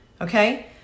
Okay